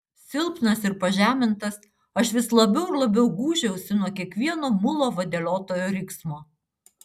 silpnas ir pažemintas aš vis labiau ir labiau gūžiausi nuo kiekvieno mulo vadeliotojo riksmo